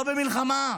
לא במלחמה.